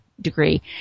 degree